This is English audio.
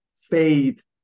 faith